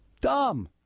Dumb